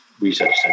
research